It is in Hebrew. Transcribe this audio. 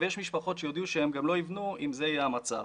ויש משפחות שהודיעו שלא יבנו אם זה יהיה המצב.